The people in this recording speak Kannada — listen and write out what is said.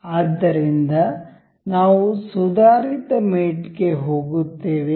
ಆದ್ದರಿಂದ ನಾವು ಸುಧಾರಿತ ಮೇಟ್ಗೆ ಹೋಗುತ್ತೇವೆ